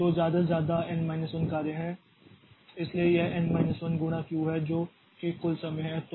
तो ज्यादा से ज्यादा एन माइनस 1 कार्य है इसलिए यह एन माइनस 1 गुणा क्यू है जो कि कुल समय है